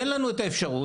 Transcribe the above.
תן לנו את האפשרות,